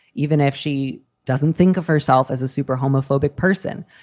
even if she doesn't think of herself as a super homophobic person.